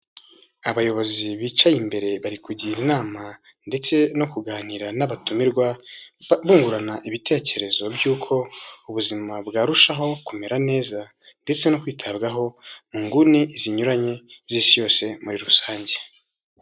Abayobozi bicaye imbere, bari kugira inama ndetse no kuganira n'abatumirwa bungurana ibitekerezo by'uko ubuzima bwarushaho kumera neza ndetse no kwitabwaho mu nguni zinyuranye z'isi yose muri rusange.